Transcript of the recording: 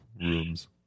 rooms